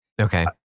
Okay